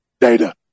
data